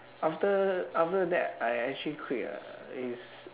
after after that I actually quit ah is